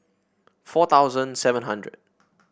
four thousand seven hundred